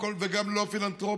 וגם לא בפילנתרופיה.